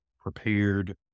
prepared